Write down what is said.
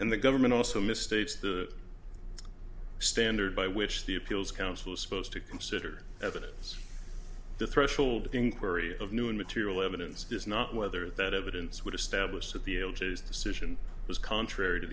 and the government also misstates the standard by which the appeals council is supposed to consider evidence the threshold of inquiry of new material evidence does not whether that evidence would establish that the decision was contrary to